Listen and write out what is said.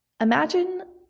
Imagine